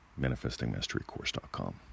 ManifestingMasteryCourse.com